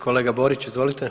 Kolega Borić izvolite.